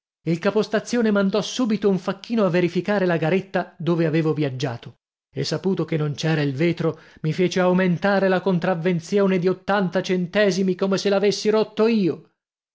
il capostazione mandò subito un facchino a verificare la garetta dove avevo viaggiato e saputo che non c'era il vetro mi fece aumentare la contravvenzione di ottanta centesimi come se l'avessi rotto io